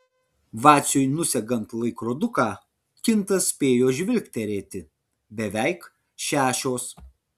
vaciui nusegant laikroduką kintas spėjo žvilgterėti beveik šešios